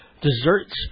desserts